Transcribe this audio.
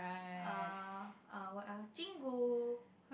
err err what else chingu